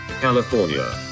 California